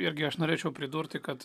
irgi aš norėčiau pridurti kad